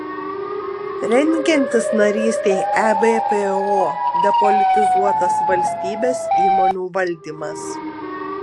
rengiantis narystei ebpo depolitizuotas valstybės įmonių valdymas